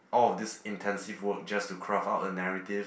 all of this intensive work just to craft out a narrative